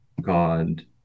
God